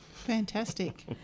fantastic